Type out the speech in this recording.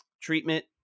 treatment